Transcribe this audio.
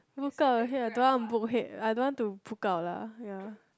book out your head I don't want book head I don't want to book out lah ya